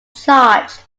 charged